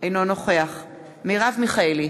אינו נוכח מרב מיכאלי,